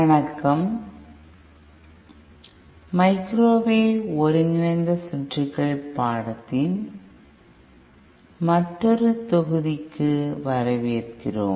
வணக்கம் மைக்ரோவேவ் ஒருங்கிணைந்த சுற்றுகள் பாடத்திட்டத்தின் மற்றொரு தொகுதிக்கு வரவேற்கிறோம்